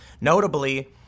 Notably